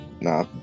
nah